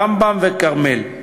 רמב"ם ו"כרמל".